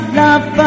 love